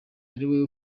ariwe